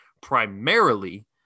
primarily